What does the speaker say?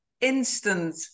instant